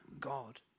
God